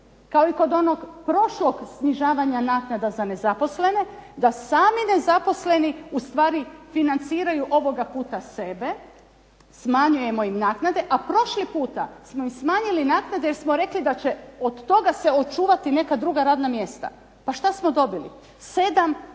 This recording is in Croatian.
kao i kod onog prošlog snižavanja naknada za nezaposlene da sami nezaposleni ustvari financiraju ovoga puta sebe, smanjujemo im naknade, a prošli puta smo im smanjili naknade jer smo rekli da će od toga se očuvati neka druga radna mjesta. Pa šta smo dobili, sedam